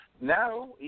Now